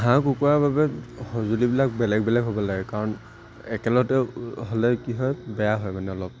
হাঁহ কুকুৰাৰ বাবে সঁজুলিবিলাক বেলেগ বেলেগ হ'ব লাগে কাৰণ একেলগতে হ'লে কি হয় বেয়া হয় মানে অলপ